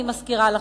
אני מזכירה לכם.